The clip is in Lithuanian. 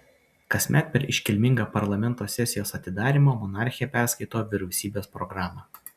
kasmet per iškilmingą parlamento sesijos atidarymą monarchė perskaito vyriausybės programą